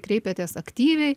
kreipiatės aktyviai